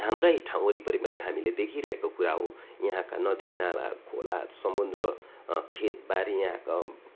हाम्रै ठाउँ वरिपरि पनि हामीले देखी रहेको कुरा हो यहाँका नदी नालाहरू खोला समुद्र खेत बारी यहाँका